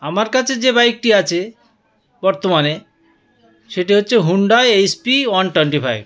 আমার কাছে যে বাইকটি আছে বর্তমানে সেটি হচ্ছে Honda S P one twenty five